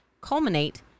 culminate